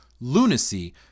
lunacy